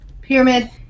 Pyramid